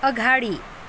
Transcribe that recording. अगाडि